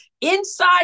Inside